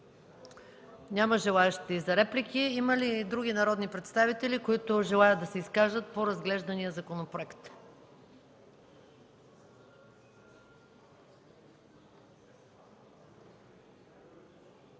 Няма желаещи за реплики. Има ли други народни представители, които желаят да се изкажат по разглеждания законопроект?